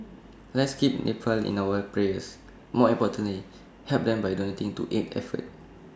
let's keep Nepal in our prayers but more importantly help them by donating to aid effort